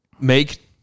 make